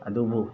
ꯑꯗꯨꯕꯨ